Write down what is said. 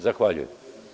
Zahvaljujem.